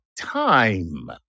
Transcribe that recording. time